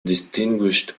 distinguished